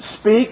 speak